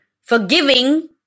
forgiving